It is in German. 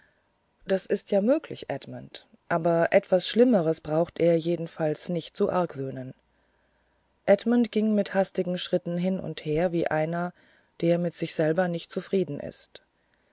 das ist ja möglich edmund aber etwas schlimmeres braucht er jedenfalls nicht zu argwöhnen edmund ging mit hastigen schritten hin und her wie einer der mit sich selber nicht zufrieden ist